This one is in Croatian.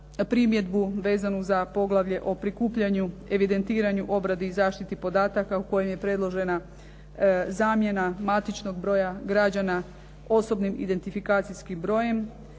primjedbu vezanu za poglavlje o prikupljanju, evidentiranju, obradi i zaštiti podataka u kojem je predložena zamjena matičnog broja građana osobnim identifikacijskim brojem,